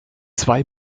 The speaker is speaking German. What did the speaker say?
zwei